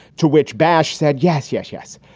to which bash said, yes, yes, yes,